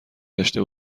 داشته